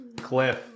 Cliff